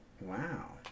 Wow